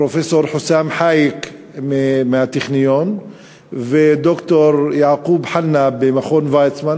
פרופסור חוסאם חאיק מהטכניון וד"ר יעקוב חנא במכון ויצמן.